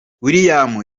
williams